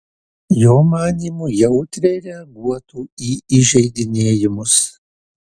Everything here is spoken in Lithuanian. jo manymu jautriai reaguotų į įžeidinėjimus